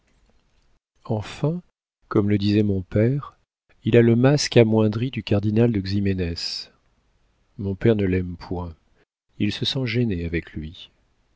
enfin comme le disait mon père il a le masque amoindri du cardinal de ximénès mon père ne l'aime point il se sent gêné avec lui